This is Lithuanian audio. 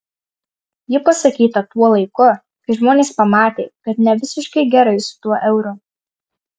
ji pasakyta tuo laiku kai žmonės pamatė kad ne visiškai gerai su tuo euru